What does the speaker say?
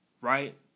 right